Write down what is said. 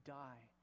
die